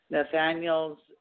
Nathaniel's